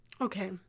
Okay